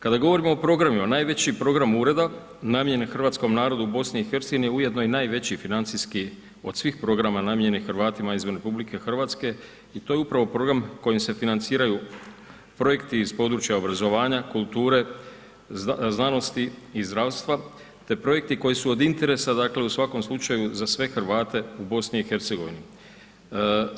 Kada govorimo o programima, najveći program ureda namijenjen hrvatskom narodu u BiH-u, ujedno je i najveći financijski od svih programa namijenjenih Hrvatima izvan RH i to je upravo program koji se financiraju projekti iz područja obrazovanja, kulture, znanosti i zdravstva te projekti koji su od interesa dakle, u svakom slučaju za sve Hrvate u BiH-u.